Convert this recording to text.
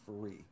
free